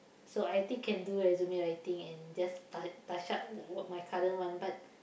so I think can do resume writing and just ta~ touch up my current one but